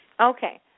Okay